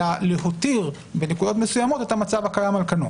אלא להותיר בנקודות מסוימות את המצב הקיים על כנו.